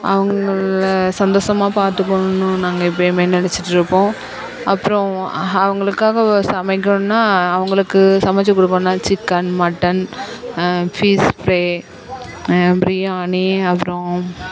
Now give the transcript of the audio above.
அவங்கள சந்தோஷமா பார்த்துக்குணுன்னு நாங்கள் எப்பயுமே நினச்சிட்டுருப்போம் அப்புறம் அவர்களுக்காக ஒ சமைக்கணுன்னால் அவர்களுக்கு சமைத்து கொடுக்கணுன்னா chicken mutton fish fry biryani அப்புறம்